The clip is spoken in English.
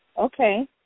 Okay